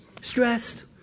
stressed